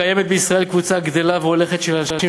קיימת בישראל קבוצה גדלה והולכת של אנשים